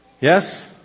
Yes